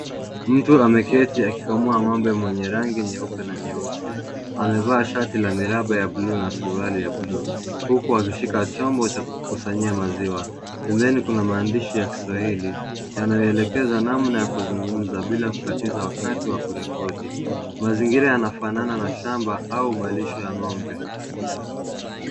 Mtu ameketi akikamua ng'ombe mwenye rangi nyeupe na nyeusi, amevaa shati la miraba ya bluu na suruali ya bluu, huku akishika chombo cha kukusanya maziwa. Semeni kuna maandishi ya Kiswahili yanayoelekeza namna ya kuzungumza bila kukatiza wakati wa kurekodi. Mazingira yanafanana na shamba au malisho ya ng'ombe.